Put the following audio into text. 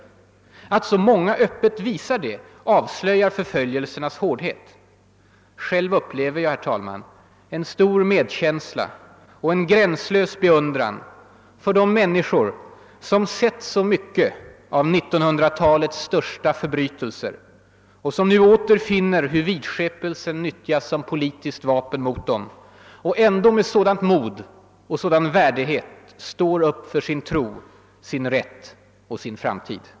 Att så många öppet visar detta avslöjar förföljelsernas hårdhet och omfattning. Själv upplever jag en stor medkänsla och en gränslös beundran för de människor som sett så mycket av 1900-talets största förbrytelser och som nu åter finner hur vidskepelsen nyttjas som politiskt vapen mot dem men som ändå med sådant mod och sådan värdighet står upp för sin tro, sin rätt och sin framtid.